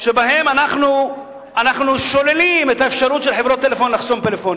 שאנחנו שוללים את האפשרות של חברות טלפון לחסום פלאפונים.